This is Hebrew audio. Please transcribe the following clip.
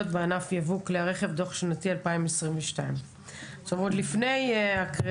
בענף יבוא כלי הרכב דוח שנתי 2022. אני אחליף את יו"ר הוועדה,